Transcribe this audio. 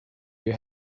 you